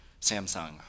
Samsung